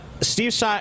Steve